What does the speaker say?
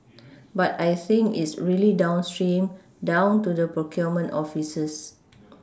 but I think it's really downstream down to the procurement offices